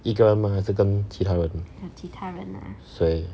一个人 mah 还是跟其他人谁